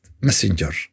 messenger